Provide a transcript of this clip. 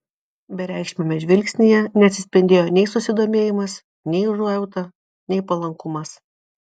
bereikšmiame žvilgsnyje neatsispindėjo nei susidomėjimas nei užuojauta nei palankumas